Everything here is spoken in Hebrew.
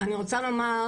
אני רוצה לומר,